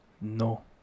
No